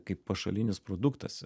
kaip pašalinis produktas